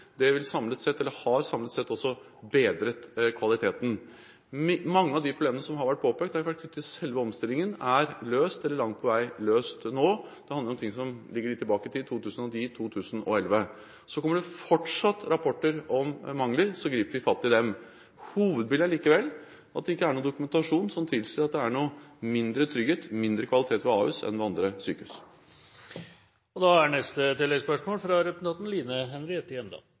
det har samlet sett også bedret kvaliteten. Mange av de problemene som har vært påpekt knyttet til selve omstillingen, er løst eller langt på vei løst nå – det handler om ting som ligger litt tilbake i tid, 2010 og 2011. Så kommer det fortsatt rapporter om mangler, og da griper vi fatt i dem. Hovedbildet er likevel at det ikke er noen dokumentasjon som tilsier at det er mindre trygghet og mindre kvalitet ved Ahus enn